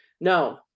No